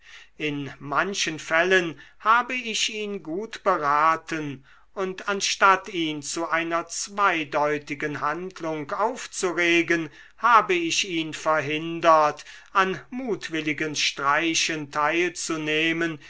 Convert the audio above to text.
in manchen fällen habe ich ihn gut beraten und anstatt ihn zu einer zweideutigen handlung aufzuregen habe ich ihn verhindert an mutwilligen streichen teilzunehmen